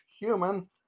human